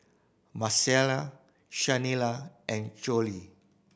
Marcelle Shanelle and Chloie